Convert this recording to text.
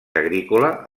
agrícola